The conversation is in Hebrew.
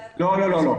לא, לא.